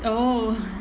oh